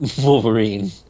Wolverine